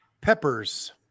Peppers